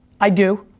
i do.